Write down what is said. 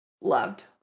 Loved